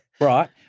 Right